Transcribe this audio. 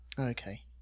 okay